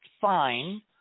fine